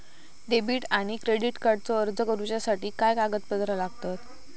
Debit आणि credit कार्डचो अर्ज करुच्यासाठी काय कागदपत्र लागतत?